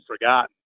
forgotten